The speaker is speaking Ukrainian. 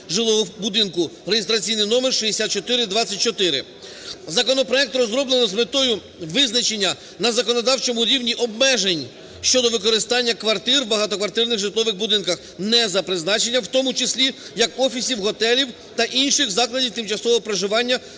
жилого будинку (реєстраційний номер 6424). Законопроект розроблено з метою визначення на законодавчому рівні обмежень щодо використання квартир в багатоквартирних житлових будинках не за призначенням у тому числі як офісів, готелів та інших закладів тимчасового проживання